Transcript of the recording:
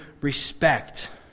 respect